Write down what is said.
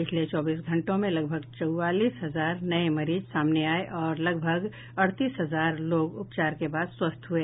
पिछले चौबीस घंटों में लगभग चौबालीस हजार नये मरीज सामने आये और लगभग अड़तीस हजार लोग उपचार के बाद स्वस्थ हुए